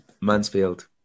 Mansfield